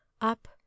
up